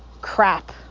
Crap